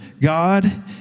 God